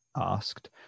asked